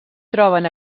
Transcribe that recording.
troben